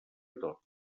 tot